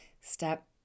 Step